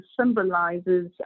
symbolizes